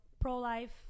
pro-life